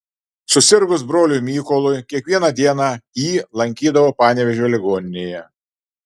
susirgus broliui mykolui kiekvieną dieną jį lankydavo panevėžio ligoninėje